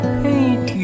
paint